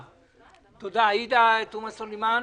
עאידה תומא סלימאן,